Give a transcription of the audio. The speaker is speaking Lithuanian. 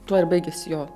tuo ir baigiasi jo